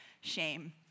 shame